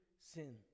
sin